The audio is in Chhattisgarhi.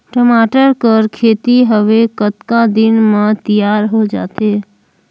टमाटर कर खेती हवे कतका दिन म तियार हो जाथे?